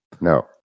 No